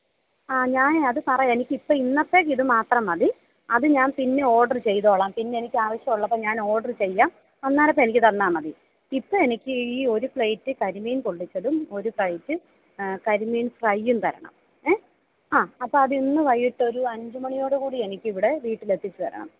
ആ ഞാൻ അത് പറയാം എനിക്ക് ഇപ്പോൾ ഇന്നത്തേക്ക് ഇത് മാത്രം മതി അത് ഞാൻ പിന്നെ ഓഡർ ചെയ്തോളാം പിന്നെ എനിക്ക് ആവശ്യമുള്ളപ്പോൾ ഞാൻ ഓഡർ ചെയ്യാം അന്നേരത്ത് എനിക്ക് തന്നാൽ മതി ഇപ്പം എനിക്ക് ഈ ഒരു പ്ലേറ്റ് കരിമീൻ പൊള്ളിച്ചതും ഒരു പ്ലേറ്റ് കരിമീൻ ഫ്രൈയും തരണം എ അ അപ്പോൾ അത് ഇന്ന് വൈകിട്ട് ഒരു അഞ്ചുമണിയോടു കൂടി എനിക്ക് ഇവിടെ വീട്ടിൽ എത്തിച്ചു തരണം